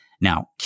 Now